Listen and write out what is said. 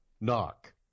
Knock